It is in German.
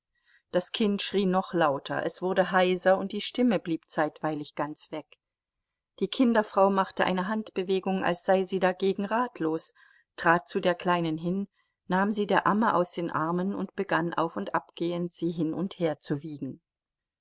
das kind schrie noch lauter es wurde heiser und die stimme blieb zeitweilig ganz weg die kinderfrau machte eine handbewegung als sei sie dagegen ratlos trat zu der kleinen hin nahm sie der amme aus den armen und begann auf und ab gehend sie hin und her zu wiegen